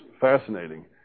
fascinating